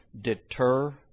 deter